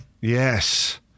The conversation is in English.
Yes